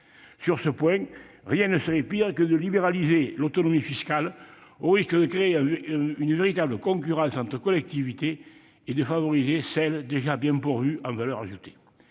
Sur ce point, rien ne serait pire que de libéraliser l'autonomie fiscale, au risque de créer une véritable concurrence entre collectivités et de favoriser celles qui sont déjà bien pourvues en valeur ajoutée.